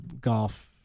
golf